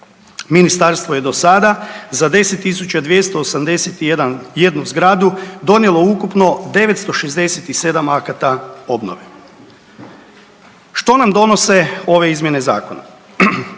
Ministarstvo je do sada za 10 281 zgradu donijelo ukupno 967 akata obnove. Što nam donose ove izmjene zakona?